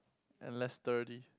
and less dirty